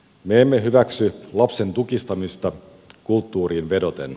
me emme hyväksy lapsen tukistamista kulttuuriin vedoten